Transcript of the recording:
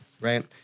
right